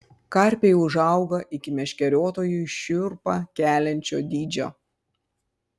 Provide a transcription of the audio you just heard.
karpiai užauga iki meškeriotojui šiurpą keliančio dydžio